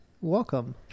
Welcome